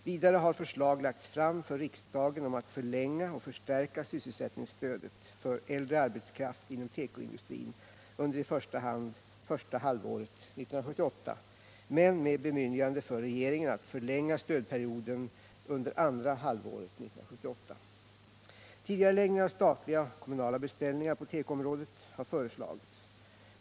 Vidare har förslag lagts fram för riksdagen om att förlänga och förstärka sysselsättningsstödet för äldre arbetskraft inom tekoindu 93 strin under i första hand första halvåret 1978 men med bemyndigande för regeringen att förlänga stödperioden under andra halvåret 1978. Tidigareläggningar av statliga och kommunala beställningar på tekoområdet har föreslagits.